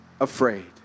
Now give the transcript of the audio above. afraid